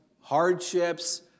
hardships